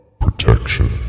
protection